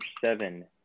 seven